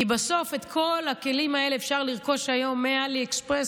כי בסוף את כל הכלים האלה אפשר לרכוש היום מעלי אקספרס